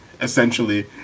essentially